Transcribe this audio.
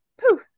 poof